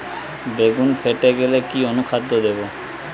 বেগুন ফেটে গেলে কি অনুখাদ্য দেবো?